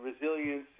resilience